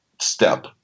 step